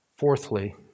Fourthly